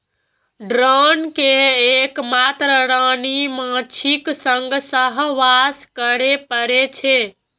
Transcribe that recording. drone कें एक मात्र रानी माछीक संग सहवास करै पड़ै छै